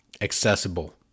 accessible